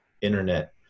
internet